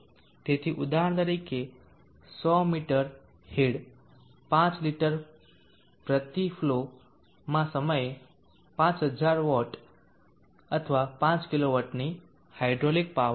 તેથી ઉદાહરણ તરીકે 100 મી હેડ 5 લિટર સે ફ્લોમાં આ સમયે 5000W અથવા 5 કિલો વોટની હાઇડ્રોલિક પાવર છે